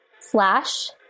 slash